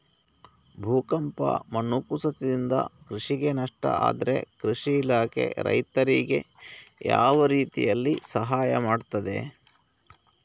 ಭೂಕಂಪ, ಮಣ್ಣು ಕುಸಿತದಿಂದ ಕೃಷಿಗೆ ನಷ್ಟ ಆದ್ರೆ ಕೃಷಿ ಇಲಾಖೆ ರೈತರಿಗೆ ಯಾವ ರೀತಿಯಲ್ಲಿ ಸಹಾಯ ಮಾಡ್ತದೆ?